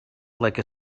like